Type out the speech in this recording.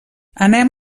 anem